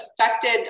affected